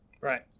Right